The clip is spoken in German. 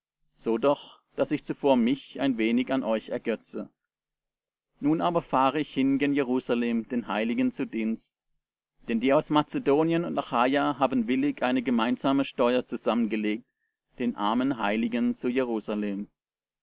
so doch daß ich zuvor mich ein wenig an euch ergötze nun aber fahre ich hin gen jerusalem den heiligen zu dienst denn die aus mazedonien und achaja haben willig eine gemeinsame steuer zusammengelegt den armen heiligen zu jerusalem